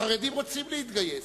החרדים רוצים להתגייס,